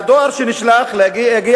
לשלוח את המכתב